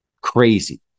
crazy